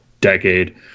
decade